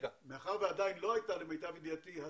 מאחר ועדיין לא הייתה הסבה,